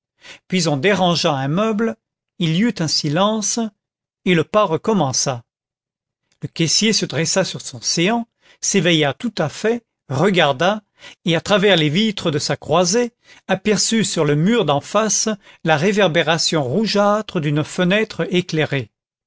puis on dérangea un meuble il y eut un silence et le pas recommença le caissier se dressa sur son séant s'éveilla tout à fait regarda et à travers les vitres de sa croisée aperçut sur le mur d'en face la réverbération rougeâtre d'une fenêtre éclairée